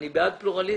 אני בעד פלורליזם.